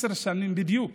עשר שנים בדיוק